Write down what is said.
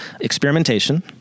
experimentation